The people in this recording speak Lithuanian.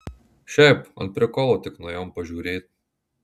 šiaip ant prikolo tik nuėjom pažiūrėt